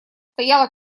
стояла